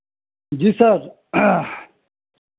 जी sir